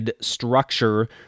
structure